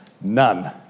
none